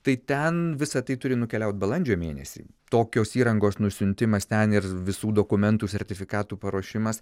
tai ten visa tai turi nukeliaut balandžio mėnesį tokios įrangos nusiuntimas ten ir visų dokumentų sertifikatų paruošimas